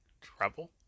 Trouble